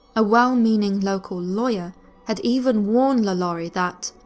a well-meaning local lawyer had even warned lalaurie that,